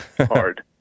hard